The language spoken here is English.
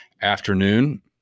afternoon